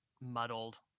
muddled